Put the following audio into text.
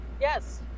Yes